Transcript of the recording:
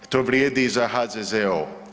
To vrijedi i za HZZO.